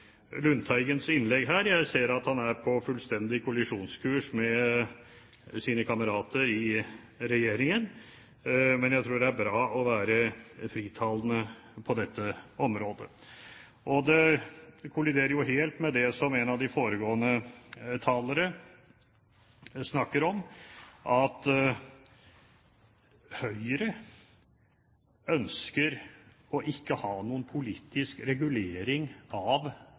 Lundteigens innlegg her. Jeg ser at han er på fullstendig kollisjonskurs med sine kamerater i regjeringen, men jeg tror det er bra å være frittalende på dette området. Og det kolliderer jo helt med det som en av de foregående talere snakker om, at Høyre ikke ønsker å ha noen politisk regulering av